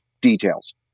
details